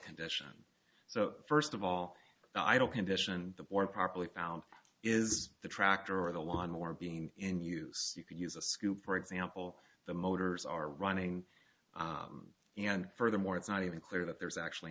condition so first of all i don't condition the board properly found is the tractor or the lawn mower being in use you could use a scoop for example the motors are running and furthermore it's not even clear that there's actually